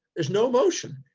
there's no emotion,